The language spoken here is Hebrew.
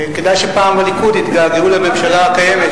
כדאי שפעם הליכוד יתגעגעו לממשלה הקיימת.